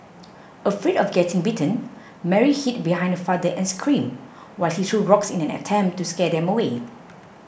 afraid of getting bitten Mary hid behind father and screamed while he threw rocks in an attempt to scare them away